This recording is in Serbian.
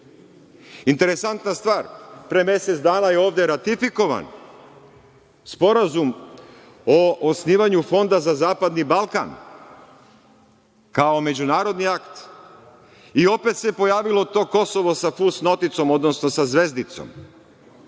KiM.Interesantna stvar, pre mesec dana je ovde ratifikovan Sporazum o osnivanju Fonda za zapadni Balkan, kao međunarodni akt i opet se pojavilo to Kosovo sa fus noticom, odnosno sa zvezdicom.